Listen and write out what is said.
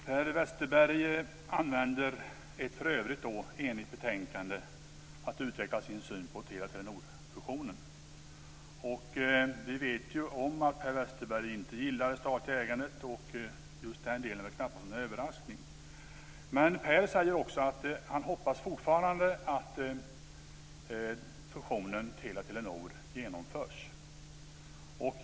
Fru talman! Per Westerberg använder ett i övrigt enigt betänkande till att utveckla sin syn på Telia Telenor-fusionen. Vi vet om att Per Westerberg inte gillar statligt ägande. Just den delan är knappast någon överraskning. Men han säger också att han fortfarande hoppas att fusionen Telia-Telenor genomförs.